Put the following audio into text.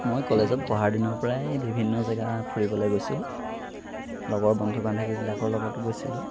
মই কলেজত পঢ়াৰ দিনৰ পৰাই বিভিন্ন জেগা ফুৰিবলৈ গৈছিলোঁ লগৰ বন্ধু বান্ধৱীবিলাকৰ লগতো গৈছিলোঁ